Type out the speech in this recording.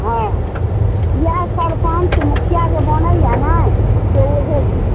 हँ इएह सरपञ्च मुखिआ जे बनैया नहि से ओहे सब